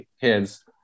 kids